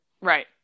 right